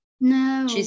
No